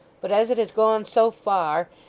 but as it has gone so far,